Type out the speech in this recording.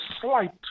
slight